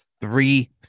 Three